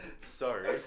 Sorry